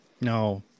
no